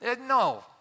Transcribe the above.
No